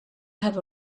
have